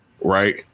right